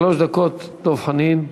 שלוש דקות, דב חנין.